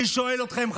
אני שואל אתכם,